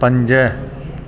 पंज